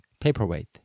paperweight